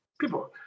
People